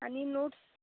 आणि नोट्स